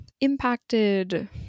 impacted